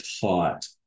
taught